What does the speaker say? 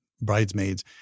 bridesmaids